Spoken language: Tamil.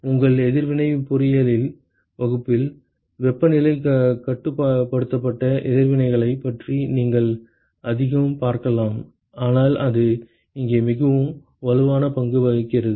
உங்கள் எதிர்வினை பொறியியல் வகுப்பில் வெப்பநிலை கட்டுப்படுத்தப்பட்ட எதிர்வினைகளைப் பற்றி நீங்கள் அதிகம் பார்க்கலாம் ஆனால் அது இங்கே மிகவும் வலுவான பங்கு வகிக்கிறது